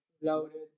Loaded